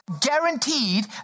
guaranteed